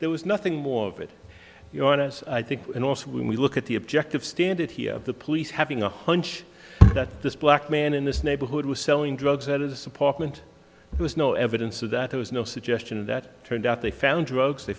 there was nothing more of it you want us i think and also when we look at the objective standard here of the police having a hunch that this black man in this neighborhood was selling drugs alice apartment there's no evidence of that there was no suggestion that turned out they found drugs they